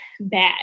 Bad